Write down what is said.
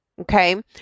Okay